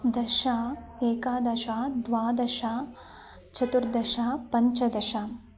दश एकादश द्वादश चतुर्दश पञ्चदश